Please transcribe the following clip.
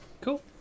Cool